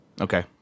Okay